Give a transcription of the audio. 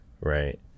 right